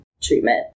treatment